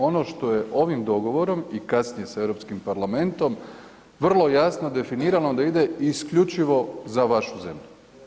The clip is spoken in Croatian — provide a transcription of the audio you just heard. Ono što je ovim dogovorom i kasnije s Europskim parlamentom vrlo jasno definirano da ide isključivo za vašu zemlju.